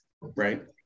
right